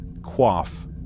quaff